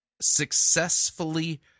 successfully